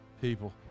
people